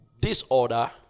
disorder